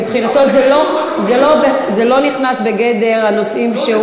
מבחינתו זה לא נכנס בגדר הנושאים,